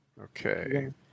Okay